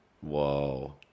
Whoa